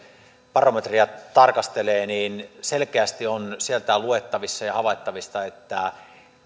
barometria tarkastelee niin selkeästi on sieltä luettavissa ja havaittavissa että